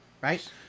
Right